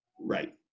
Right